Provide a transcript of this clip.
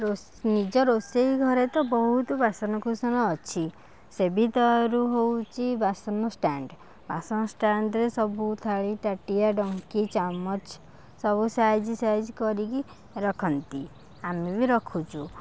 ରୋଷ ନିଜ ରୋଷେଇ ଘରେ ତ ବହୁତ ବାସନ କୁସନ ଅଛି ସେ ଭିତରୁ ହଉଛି ବାସନ ଷ୍ଟାଣ୍ଡ ବାସନ ଷ୍ଟାଣ୍ଡରେ ସବୁ ଥାଳି ତାଟିଆ ଡଙ୍କି ଚାମଚ ସବୁ ସାଇଜ ସାଇଜ କରିକି ରଖନ୍ତି ଆମେ ବି ରଖୁଛୁ